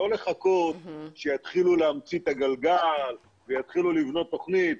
לא לחכות שיתחילו להמציא את הגלגל ויתחילו לבנות תוכנית,